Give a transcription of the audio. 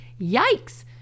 Yikes